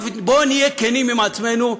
בואו נהיה כנים עם עצמנו: